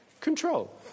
control